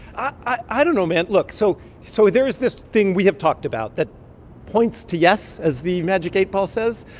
i don't know, man. look so so there is this thing we have talked about that points to yes, as the magic eight ball says,